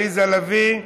עליזה לביא,